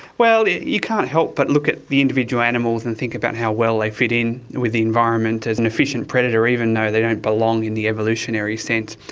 well, yeah you can't help but look at the individual animals and think about how well they fit in with the environment as an efficient predator, even though they don't belong in the evolutionary sense.